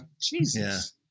Jesus